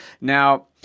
Now